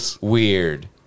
weird